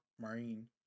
Marine